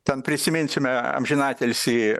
ten prisiminsime amžinatilsį